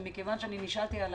ומכיוון שאני נשאלתי על